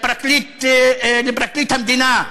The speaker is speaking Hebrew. לפרקליט המדינה,